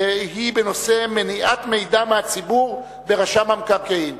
והיא בנושא מניעת מידע מהציבור ברשם המקרקעין.